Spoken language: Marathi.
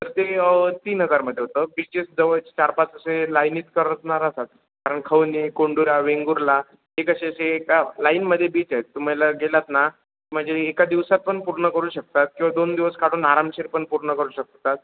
तर ते तीन हजारमध्ये होतं बीचेस जवळ चार पाच असे लाईनीत करणार असाल कारण खवणे कोंडूरा वेंगुर्ला एक असे असे एका लाईनमध्ये बीच आहेत तुम्हाला गेलात ना म्हणजे एका दिवसात पण पूर्ण करू शकतात किंवा दोन दिवस काढून आरामशीरपणे पूर्ण करू शकतात